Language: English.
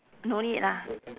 no need ah